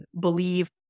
believe